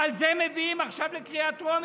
על זה מביאים עכשיו לקריאה טרומית?